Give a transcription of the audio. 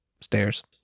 Stairs